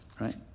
right